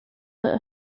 that